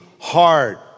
hard